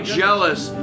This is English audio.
jealous